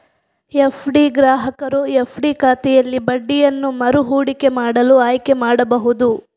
FD ಗ್ರಾಹಕರು FD ಖಾತೆಯಲ್ಲಿ ಬಡ್ಡಿಯನ್ನು ಮರು ಹೂಡಿಕೆ ಮಾಡಲು ಆಯ್ಕೆ ಮಾಡಬಹುದು